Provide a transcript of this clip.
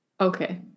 Okay